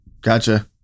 gotcha